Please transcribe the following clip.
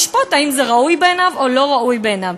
ישפוט אם זה ראוי בעיניו או לא ראוי בעיניו.